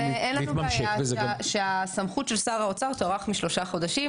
לעניין הזה אין לנו בעיה שהסמכות של שר האוצר תוארך משלושה חודשים